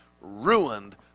ruined